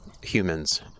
humans